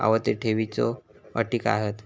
आवर्ती ठेव च्यो अटी काय हत?